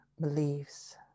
beliefs